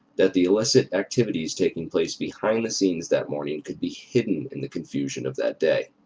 that the illicit activities taking place behind the scenes that morning could be hidden in the confusion of that day.